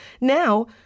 now